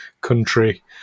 country